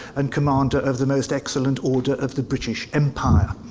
and commander of the most excellent order of the british empire.